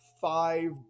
five